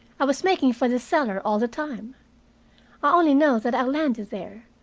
i was making for the cellar all the time. i only know that i landed there,